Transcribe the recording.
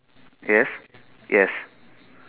yes yes